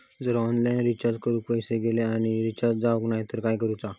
जर online recharge करून पैसे गेले आणि रिचार्ज जावक नाय तर काय करूचा?